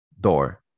door